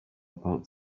about